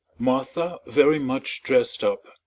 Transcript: martha, very much dressed up,